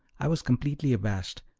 i was completely abashed,